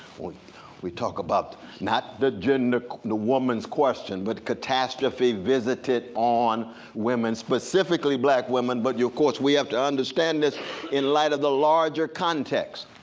we talk about not the yeah and the women's question, but catastrophe visited on women, specifically black women, but of yeah course we have to understand this in light of the larger context.